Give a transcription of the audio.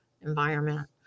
environment